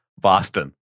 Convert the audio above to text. Boston